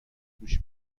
گوش